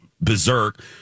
berserk